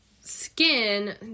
skin